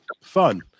fun